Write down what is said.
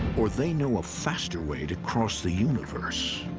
or they know a faster way to cross the universe.